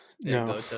No